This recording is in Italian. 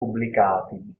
pubblicati